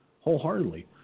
wholeheartedly